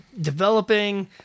developing